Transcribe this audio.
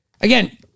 Again